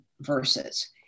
verses